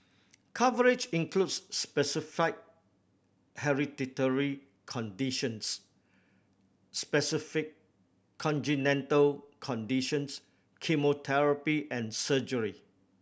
coverage includes specified hereditary conditions specified congenital conditions chemotherapy and surgery